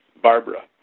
Barbara